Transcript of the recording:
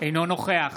אינו נוכח